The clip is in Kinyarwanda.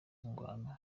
ngwano